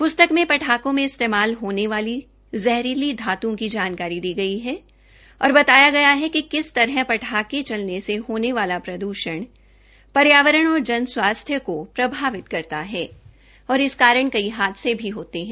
प्स्तक में पटाखों में इस्तेमाल होने वाली जहरीली धात्ओं की जानकारी दी गई है और बताया गया है कि किस तरह पटाखे चलने से होने वाला प्रद्रषण पर्यावरण और जन स्वास्थ्य को प्रभावित करता है और इस कारण कई हादसे भी होते हैं